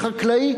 חקלאי,